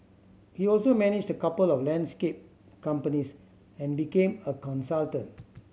he also managed the couple of landscape companies and became a consultant